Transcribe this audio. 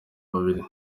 babiri